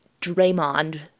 Draymond